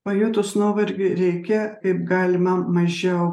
pajutus nuovargį reikia kaip galima mažiau